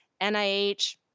NIH